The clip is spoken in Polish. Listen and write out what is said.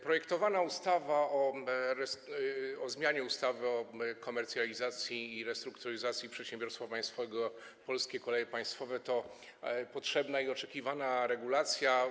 Projektowana ustawa o zmianie ustawy o komercjalizacji i restrukturyzacji przedsiębiorstwa państwowego „Polskie Koleje Państwowe” to potrzebna i oczekiwana regulacja.